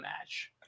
match